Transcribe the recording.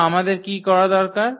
তো আমাদের কী করা দরকার